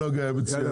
דיון